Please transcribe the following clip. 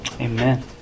Amen